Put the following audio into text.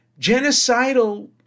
Genocidal